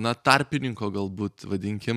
na tarpininko galbūt vadinkim